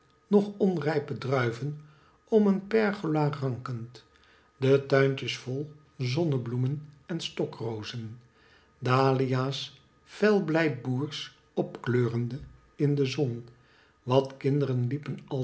steeds nog onrijpe druiven om een pergola rankend de tuintjes vol zonbloemen stokrozen dahlia's fel blij boersch opkleurende in de zon wat kinderen liepen